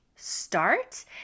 start